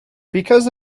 because